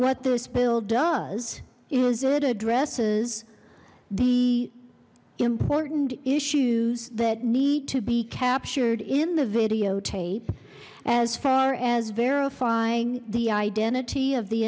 what this bill does is it addresses the important issues that need to be captured in the videotape as far as verifying the identity of the